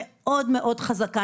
מאוד מאוד חזקה,